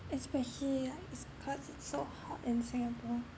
especially like because it's so hot in Singapore